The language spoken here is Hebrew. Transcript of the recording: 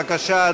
בבקשה,